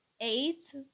eight